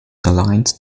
alliance